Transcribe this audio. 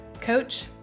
coach